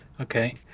Okay